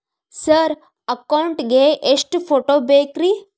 Sir account ಗೇ ಎಷ್ಟು photo ಬೇಕ್ರಿ?